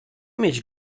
mieć